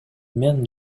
мен